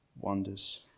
wonders